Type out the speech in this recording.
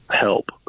help